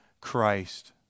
Christ